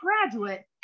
graduate